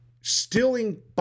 stealing